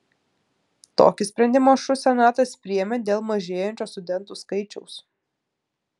tokį sprendimą šu senatas priėmė dėl mažėjančio studentų skaičiaus